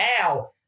Now